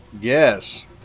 Yes